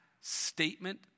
statement